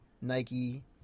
Nike